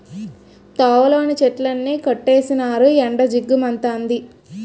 తోవలోని చెట్లన్నీ కొట్టీసినారు ఎండ జిగ్గు మంతంది